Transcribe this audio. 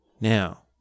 Now